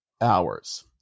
hours